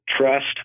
trust